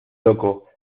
loco